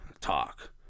talk